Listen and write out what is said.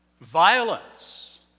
violence